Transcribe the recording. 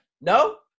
No